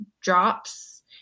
drops